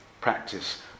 practice